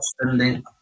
spending